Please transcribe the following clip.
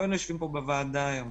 לא היינו יושבים פה בוועדה היום.